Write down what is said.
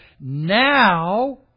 Now